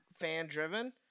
fan-driven